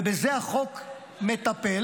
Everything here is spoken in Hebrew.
ובזה החוק מטפל,